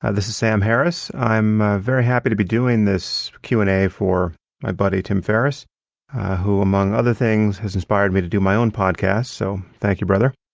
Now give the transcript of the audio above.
ah this is sam harris. i'm ah very happy to be doing this q and a for my buddy, tim ferriss who, among other things, has inspired me to do my own podcast. so, thank you, brother.